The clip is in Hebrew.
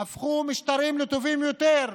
הפכו משטרים לטובים יותר,